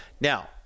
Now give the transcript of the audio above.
now